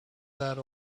that